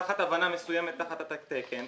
תחת הבנה מסוימת תחת תו התקן,